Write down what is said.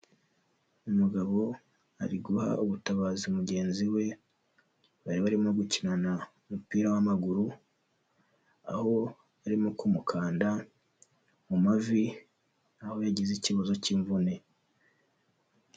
Umugabo ari guha ubutabazi mugenzi we bari barimo gukinana umupira w'amaguru aho arimo kumukanda mu mavi aho yagize ikibazo cy'imvune.